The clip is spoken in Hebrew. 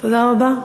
תודה רבה.